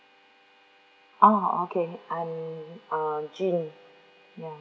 uh okay I'm uh jean ya